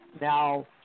Now